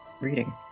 reading